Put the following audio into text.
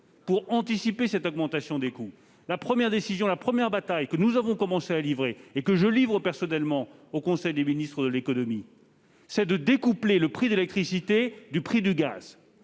pour anticiper l'augmentation des coûts. La première décision, la première bataille que nous avons commencé à livrer et que je livre personnellement au Conseil des ministres européens de l'économie, c'est de découpler le prix d'électricité du prix du gaz.